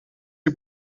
die